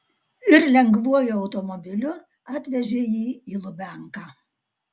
ir lengvuoju automobiliu atvežė jį į lubianką